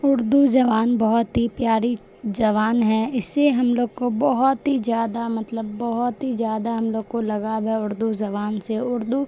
اردو زبان بہت ہی پیاری زبان ہے اس سے ہم لوگ کو بہت ہی زیادہ مطلب بہت ہی زیادہ ہم لوگ کو لگاؤ ہے اردو زبان سے اردو